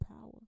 power